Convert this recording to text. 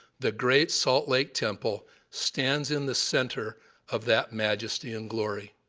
the great salt lake temple stands in the center of that majesty and glory.